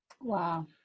wow